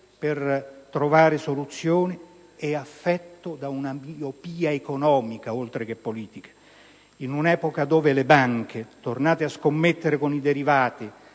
per trovare soluzioni, è affetto da una miopia economica oltre che politica. In un'epoca dove le banche, tornate a scommettere con i derivati,